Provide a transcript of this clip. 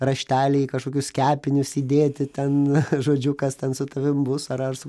rašteliai į kažkokius kepinius įdėti ten žodžiu kas ten su tavim bus ar ar su